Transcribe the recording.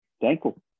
thankful